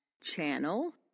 channel